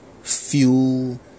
Fuel